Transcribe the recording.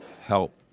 help